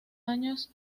años